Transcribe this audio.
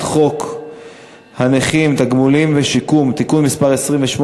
חוק הנכים (תגמולים ושיקום) (תיקון מס' 28),